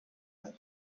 ein